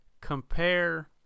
compare